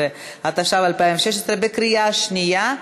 15), התשע"ו 2016, בקריאה שנייה.